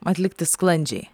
atlikti sklandžiai